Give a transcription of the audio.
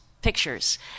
pictures